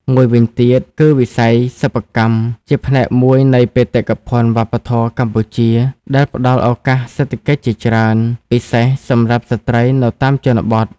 មួយវិញទៀតគឺ វិស័យសិប្បកម្ម ជាផ្នែកមួយនៃបេតិកភណ្ឌវប្បធម៌កម្ពុជា ដែលផ្តល់ឱកាសសេដ្ឋកិច្ចជាច្រើន ពិសេសសម្រាប់ស្ត្រីនៅតាមជនបទ។